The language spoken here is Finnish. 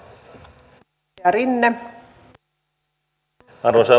arvoisa puhemies